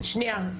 סליחה, סליחה.